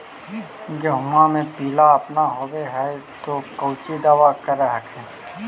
गोहुमा मे पिला अपन होबै ह तो कौची दबा कर हखिन?